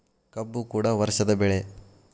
ಕಬ್ಬು ಕೂಡ ವರ್ಷದ ಬೆಳೆ